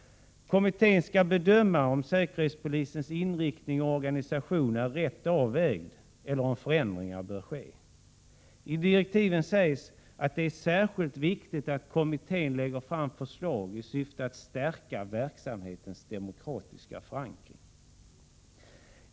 Kommittén skall bedöma om säkerhetspolisens inriktning och organisation är rätt avvägd eller om förändringar bör ske. I direktiven sägs att det är särskilt viktigt att kommittén lägger fram förslag i syfte att stärka verksamhetens demokratiska förankring.